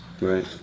Right